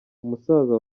musaza